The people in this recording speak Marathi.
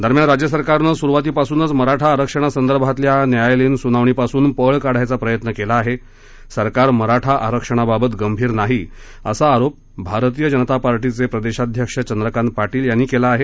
दरम्यान राज्य सरकारनं सुरवातीपासूनच मराठा आरक्षणासंदर्भातल्या न्यायालयीन सुनावणीपासून पळ काढायचा प्रयत्न केला आहे सरकार मराठा आरक्षणाबाबत गंभीर नाही असा आरोप भारतीय जनता पक्षाचे प्रदेशाध्यक्ष चंद्रकांत पाटील केला आहे